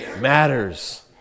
Matters